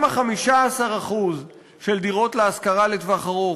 גם ה-15% של דירות להשכרה לטווח ארוך